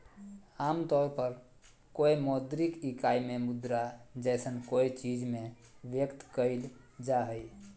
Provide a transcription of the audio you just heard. आमतौर पर कोय मौद्रिक इकाई में मुद्रा जैसन कोय चीज़ में व्यक्त कइल जा हइ